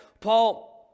Paul